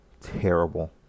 terrible